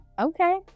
okay